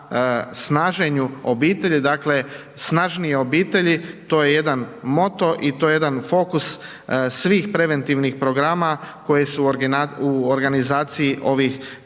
na snaženju obitelji, dakle, snažnije obitelji to je jedan moto i to je jedan fokus svih preventivnih programa koji su u organizaciji ovih